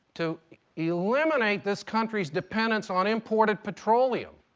to eliminate this country's dependence on imported petroleum.